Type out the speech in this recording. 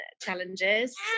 challenges